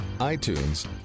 iTunes